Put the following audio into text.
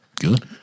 Good